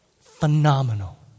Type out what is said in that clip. phenomenal